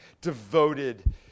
devoted